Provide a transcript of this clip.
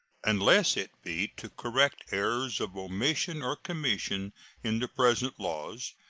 unless it be to correct errors of omission or commission in the present laws,